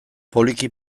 poliki